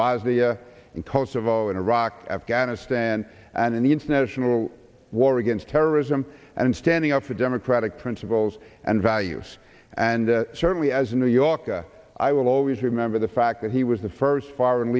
in kosovo and iraq afghanistan and in the international war against terrorism and standing up for democratic principles and values and certainly as a new yorker i will always remember the fact that he was the first foreign